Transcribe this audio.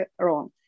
wrong